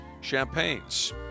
champagnes